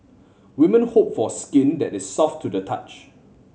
women hope for skin that is soft to the touch